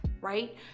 right